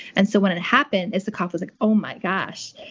and so when it happened, isikoff was like, oh my gosh.